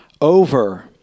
over